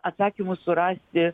atsakymus surasti